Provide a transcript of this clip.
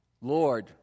Lord